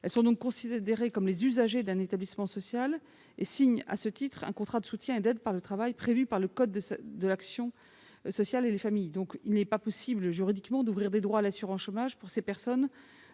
Elles sont donc considérées comme les usagers d'un établissement social et signent à ce titre un contrat de soutien et d'aide par le travail prévu par le code de l'action sociale et des familles. Il n'est pas possible juridiquement d'ouvrir à ces personnes des droits à l'assurance chômage sans remettre